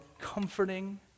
comforting